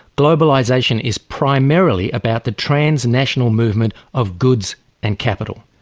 globalization is primarily about the transnational movement of goods and capital.